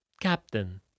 Captain